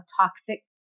toxic